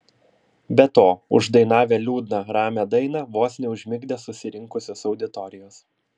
be to uždainavę liūdną ramią dainą vos neužmigdė susirinkusios auditorijos